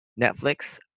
Netflix